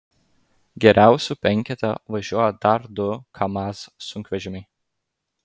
geriausių penkete važiuoja dar du kamaz sunkvežimiai